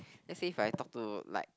let's say if I talk to like